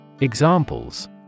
Examples